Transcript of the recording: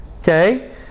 Okay